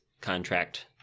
contract